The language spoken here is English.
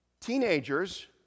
teenagers